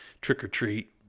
trick-or-treat